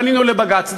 פנינו לבג"ץ,